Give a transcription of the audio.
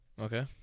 Okay